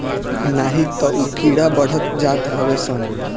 नाही तअ उ कीड़ा बढ़त जात हवे सन